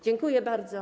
Dziękuję bardzo.